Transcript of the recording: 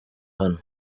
hano